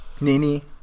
Nini